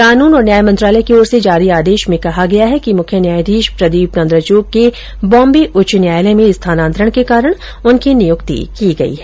कानून और न्याय मंत्रालय की ओर से जारी आदेश में कहा गया है कि मुख्य न्यायधीश प्रदीप नान्द्रजोग कें बॉम्बे उच्च न्यायालय में स्थानांतरण के कारण उनकी नियुक्ति की गयी है